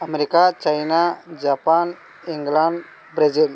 America China Japan England Brazil